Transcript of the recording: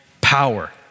power